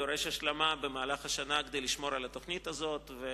דורש השלמה במהלך השנה כדי לשמור על התוכנית הזאת.